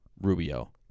Rubio